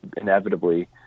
inevitably